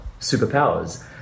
superpowers